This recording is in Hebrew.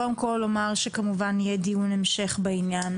קודם כל אני רוצה לומר שכמובן יהיה דיון המשך בעניין,